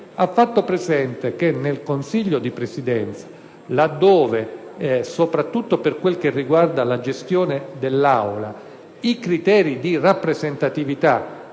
ha fatto presente che nel Consiglio di Presidenza, soprattutto per quanto riguarda le gestione dell'Aula, i criteri di rappresentatività